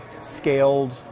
scaled